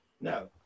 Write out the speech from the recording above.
No